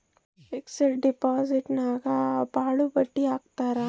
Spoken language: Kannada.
ಫಿಕ್ಸೆಡ್ ಡಿಪಾಸಿಟ್ಗೆ ಭಾಳ ಬಡ್ಡಿ ಹಾಕ್ತರ